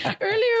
Earlier